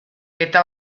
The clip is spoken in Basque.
eta